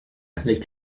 avec